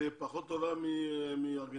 התעסוקה פחות טובה מארגנטינה?